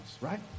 right